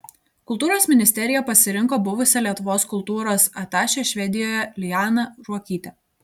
kultūros ministerija pasirinko buvusią lietuvos kultūros atašė švedijoje lianą ruokytę